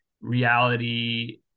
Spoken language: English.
reality